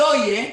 שלא יהיה,